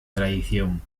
tradición